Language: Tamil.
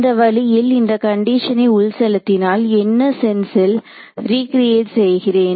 இந்த வழியில் இந்த கண்டிஷனை உள் செலுத்தினால் என்ன சென்ஸில் ரீகிரியேட் செய்கிறேன்